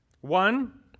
One